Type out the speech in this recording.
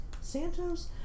Santos